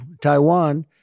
Taiwan